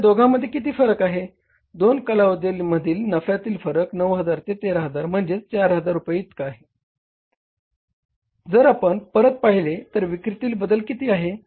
तर या दोघांमध्ये किती फरक आहे दोन कालावधीमधील नफ्यातील फरक 9000 ते 13000 म्हणजेच तो 4000 रुपये इतका आहे जर आपण परत पहिले तर विक्रीतील बदल किती आहे